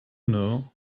know